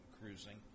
cruising